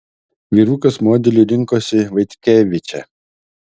vyrukas modeliu rinkosi vaitkevičę